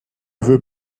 veux